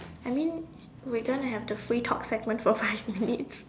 I mean we gonna have the free talk segment for five minutes